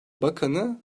bakanı